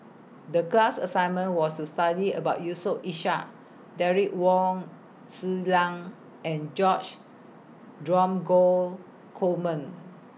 The class assignment was to study about Yusof Ishak Derek Wong Zi Liang and George Dromgold Coleman